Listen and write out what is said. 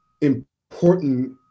important